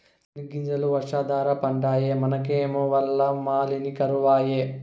సెనగ్గింజలు వర్షాధార పంటాయె మనకేమో వల్ల మాలిన కరవాయె